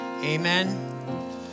Amen